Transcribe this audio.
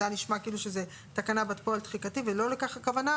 זה היה נשמע כאילו שזה תקנה בת פועל תחיקתי ולא לכך הכוונה,